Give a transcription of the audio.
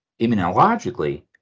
immunologically